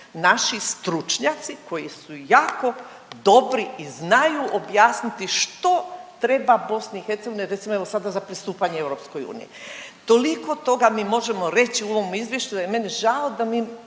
naši stručnjaci koji su jako dobri i znaju objasniti što treba BiH, recimo evo sada za pristupanje EU. Toliko toga mi možemo reći u ovom izvješću da je meni žao da mi